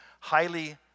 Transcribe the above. highly